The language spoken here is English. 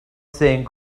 saying